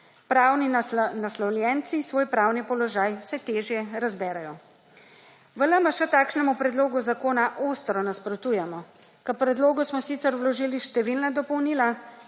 Pravni naslovljenci svoj pravni položaj vse težje razberejo. V LMŠ takšnemu predlogu zakona ostro nasprotujemo. K predlogu smo sicer vložili številna dopolnila,